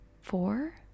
four